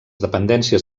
dependències